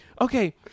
Okay